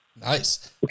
Nice